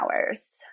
hours